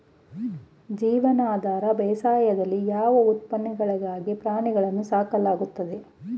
ಜೀವನಾಧಾರ ಬೇಸಾಯದಲ್ಲಿ ಯಾವ ಉತ್ಪನ್ನಗಳಿಗಾಗಿ ಪ್ರಾಣಿಗಳನ್ನು ಸಾಕಲಾಗುತ್ತದೆ?